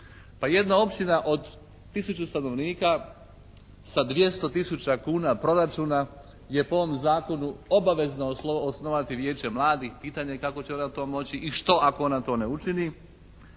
jedna općina od tisuću stanovnika sa 200 tisuća kuna proračuna je po ovom zakonu obavezna osnovati Vijeće mladih. Pitanje kako će ona to moći i što ako ona to ne učini